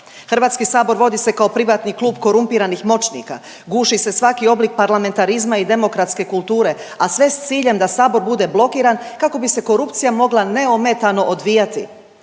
Hrvatski sabor vodi se kao privatni klub korumpiranih moćnika, guši se svaki oblik parlamentarizma i demokratske kulture, a sve s ciljem da sabor bude blokiran kako bi se korupcija mogla neometano odvijati.